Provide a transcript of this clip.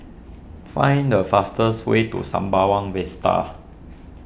find the fastest way to Sembawang Vista